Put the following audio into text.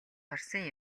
харсан